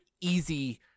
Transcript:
easy